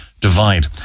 divide